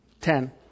Ten